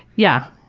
yeah.